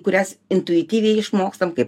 kurias intuityviai išmokstam kai